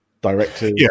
directors